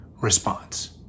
response